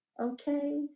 Okay